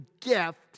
gift